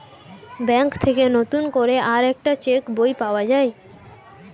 bank থেকে নতুন করে আরেকটা চেক বই পাওয়া যায়